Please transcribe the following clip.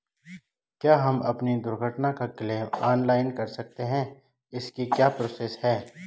क्या हम अपनी दुर्घटना का क्लेम ऑनलाइन कर सकते हैं इसकी क्या प्रोसेस है?